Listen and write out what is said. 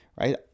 right